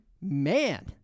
man